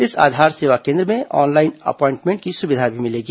इस आधार सेवा केन्द्र में ऑनलाइन अपॉइंटमेंट की सुविधा भी मिलेगी